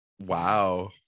wow